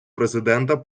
президента